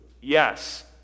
yes